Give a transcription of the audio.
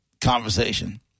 Conversation